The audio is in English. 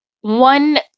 one